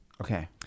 Okay